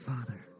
Father